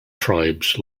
tribes